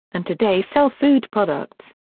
and today sell food products.